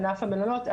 ענף המלונות.